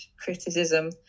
criticism